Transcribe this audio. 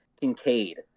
Kincaid